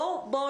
בואו